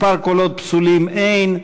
קולות פסולים אין,